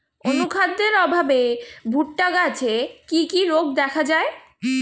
অনুখাদ্যের অভাবে ভুট্টা গাছে কি কি রোগ দেখা যায়?